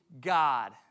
God